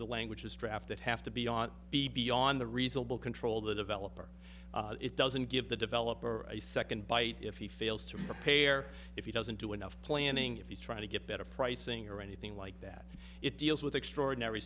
the language is drafted have to be on the beyond the reasonable control the developer it doesn't give the developer a second bite if he fails to prepare if he doesn't do enough planning if he's trying to get better pricing or anything like that it deals with extraordinary